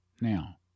Now